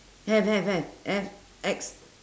have have have have X